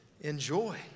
Enjoy